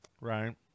Right